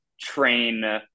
train